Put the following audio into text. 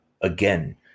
again